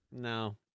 no